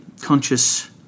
conscious